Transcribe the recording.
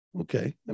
Okay